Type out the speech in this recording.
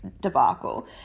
debacle –